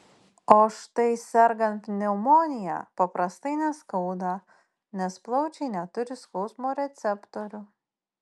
o štai sergant pneumonija paprastai neskauda nes plaučiai neturi skausmo receptorių